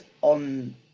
on